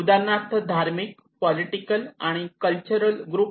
उदाहरणार्थ धार्मिक पॉलिटिकल आणि कल्चर ग्रुप